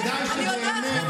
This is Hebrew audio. כדאי שבאמת,